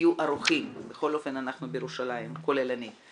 תהיו ערוכים, בכל אופן אנחנו בירושלים, כולל אני.